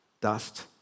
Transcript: Dust